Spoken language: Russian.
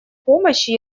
помощи